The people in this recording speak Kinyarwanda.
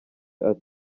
ati